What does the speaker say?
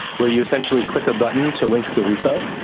where you essentially click a button to link the repo.